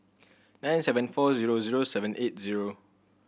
nine seven four zero zero seven eight zero